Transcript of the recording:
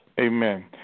Amen